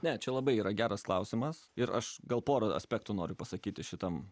ne čia labai yra geras klausimas ir aš gal porą aspektų noriu pasakyti šitam